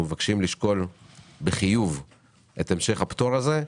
מבקשים לשקול בחיוב את המשך הפטור הזה.